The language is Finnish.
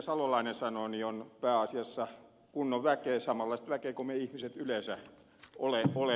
salolainen sanoi ovat pääasiassa kunnon väkeä samanlaista väkeä kuin me ihmiset yleensä olemme